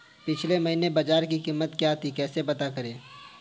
पिछले महीने बाजरे की कीमत क्या थी कैसे पता करें?